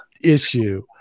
issue